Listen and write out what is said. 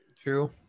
true